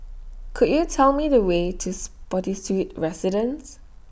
Could YOU Tell Me The Way to Spottiswoode Residences